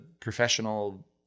professional